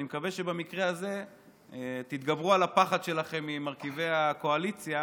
אני מקווה שבמקרה הזה תתגברו על הפחד שלכם ממרכיבי הקואליציה